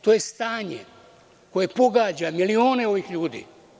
To je stanje koje pogađa milione ovih ljudi.